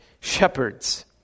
shepherds